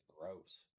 gross